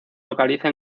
localiza